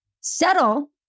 settle